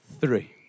three